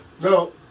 No